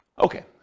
Okay